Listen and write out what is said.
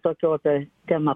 tokia opi tema